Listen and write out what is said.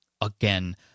again